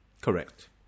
Correct